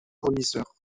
fournisseurs